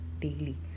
daily